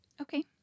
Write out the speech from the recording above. Okay